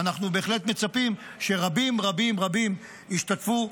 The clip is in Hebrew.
אנחנו בהחלט מצפים שרבים רבים רבים ישתתפו,